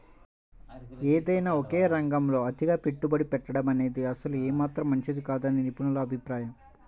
ఏదైనా ఒకే రంగంలో అతిగా పెట్టుబడి పెట్టడమనేది అసలు ఏమాత్రం మంచిది కాదని నిపుణుల అభిప్రాయం